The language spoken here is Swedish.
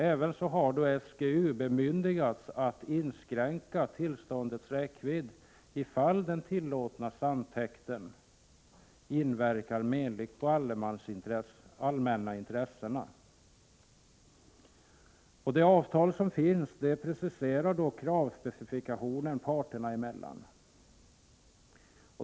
SGU har även bemyndigats att inskränka tillståndets räckvidd om den tillåtna sandtäkten inverkar menligt på de allmänna intressena. Det avtal som finns preciserar kravspecifikationen parterna emellan.